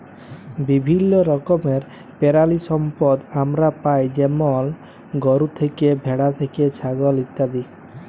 বিভিল্য রকমের পেরালিসম্পদ আমরা পাই যেমল গরু থ্যাকে, ভেড়া থ্যাকে, ছাগল ইত্যাদি